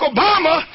Obama